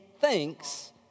thinks